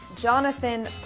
Jonathan